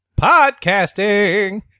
podcasting